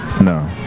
No